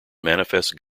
manifest